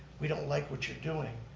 we don't like what you're doing,